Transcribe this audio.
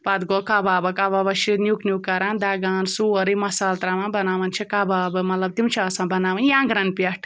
پَتہٕ گوٚو کَبابہٕ کَبابَس چھِ نیُک نیُک کَران دَگان سورُے مَصال ترٛاوان بَناوان چھِ کَبابہٕ مطلب تِم چھِ آسان بَناوٕنۍ یَنٛگرَن پٮ۪ٹھ